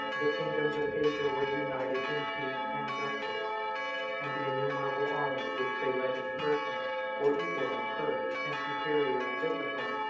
the kingdoms of asia were united in peace and justice and the innumerable armies which they led in person were equal in courage, and superior in discipline,